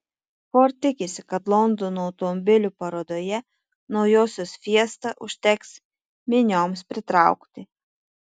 ford tikisi kad londono automobilių parodoje naujosios fiesta užteks minioms pritraukti